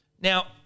Now